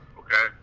okay